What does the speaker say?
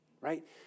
right